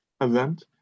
event